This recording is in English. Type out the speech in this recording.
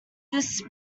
this